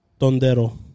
Tondero